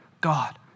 God